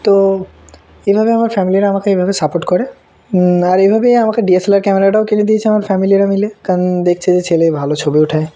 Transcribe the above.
তো এইভাবে আমার ফ্যামিলিরা আমাকে এইভাবে সাপোর্ট করে আর এইভাবেই আমাকে ডি এস এল আর ক্যামেরাটাও কিনে দিয়েছে আমার ফ্যামিলিরা মিলে কারণ দেখছে যে ছেলে ভালো ছবি ওঠায়